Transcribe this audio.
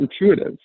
intuitive